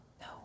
No